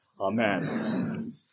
Amen